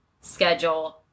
schedule